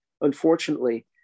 unfortunately